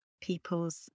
people's